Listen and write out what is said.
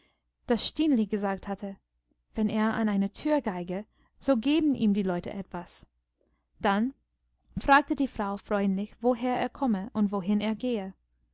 stineli gesagt hatte wenn er an einer tür geige so gäben ihm die leute etwas dann fragte die frau freundlich woher er komme und wohin er gehe